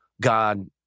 God